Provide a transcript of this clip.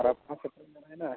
ᱯᱟᱨᱟᱵᱽ ᱦᱚᱸ ᱥᱮᱴᱮᱨ ᱪᱟᱵᱟᱭᱮᱱᱟ